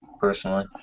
personally